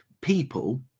people